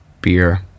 beer